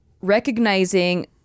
recognizing